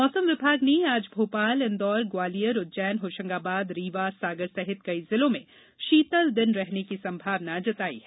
मौसम विभाग ने आज भोपाल इंदौर ग्वालियर उज्जैन होशंगाबाद रीवा सागर सहित कई जिलों में शीतल दिन रहने की संभावना जताई है